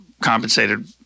compensated